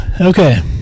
Okay